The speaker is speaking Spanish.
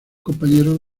compañeros